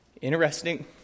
interesting